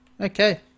Okay